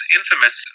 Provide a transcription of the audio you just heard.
infamous